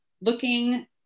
looking